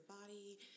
body